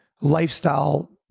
lifestyle